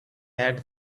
had